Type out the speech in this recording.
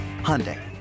Hyundai